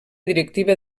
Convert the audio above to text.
directiva